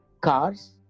cars